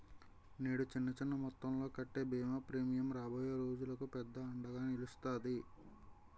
నేడు చిన్న చిన్న మొత్తంలో కట్టే బీమా ప్రీమియం రాబోయే రోజులకు పెద్ద అండగా నిలుస్తాది